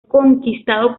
conquistado